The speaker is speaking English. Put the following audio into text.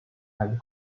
and